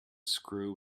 screw